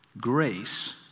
grace